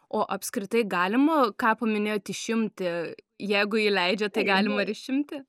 o apskritai galima ką paminėjot išimti jeigu įleidžia tai galima ir išimti